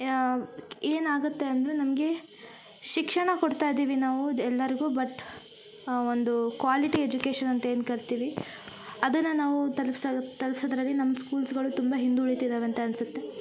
ಏನಾಗತ್ತೆ ಅಂದರೆ ನಮಗೆ ಶಿಕ್ಷಣ ಕೊಡ್ತಾಯಿದ್ದೀವಿ ನಾವು ಎಲ್ಲರಿಗೂ ಬಟ್ ಒಂದು ಕ್ವಾಲಿಟಿ ಎಜುಕೇಶನ್ ಅಂತ ಏನು ಕರಿತೀವಿ ಅದನ್ನ ನಾವು ತಲಪ್ಸೋ ತಲ್ಪ್ಸುದರಲ್ಲಿ ನಮ್ಮ ಸ್ಕೂಲ್ಸ್ಗಳು ತುಂಬ ಹಿಂದುಳಿತಿದವ ಅಂತ ಅನ್ಸುತ್ತೆ